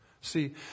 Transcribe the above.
See